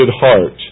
heart